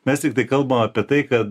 mes tiktai kalbam apie tai kad